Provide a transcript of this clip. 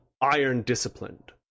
iron-disciplined